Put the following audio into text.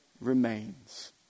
remains